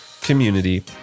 community